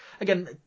again